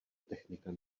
technika